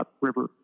River